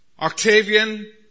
Octavian